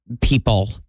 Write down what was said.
people